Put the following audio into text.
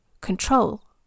control